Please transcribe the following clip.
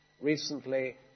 Recently